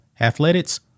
athletics